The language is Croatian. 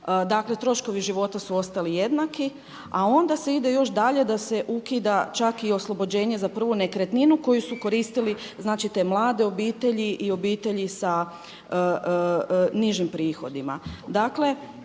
Dakle troškovi života su ostali jednaki a onda se ide još dalje da se ukida čak i oslobođenje za prvu nekretninu koju su koristili znači te mlade obitelji i obitelji sa nižim prihodima.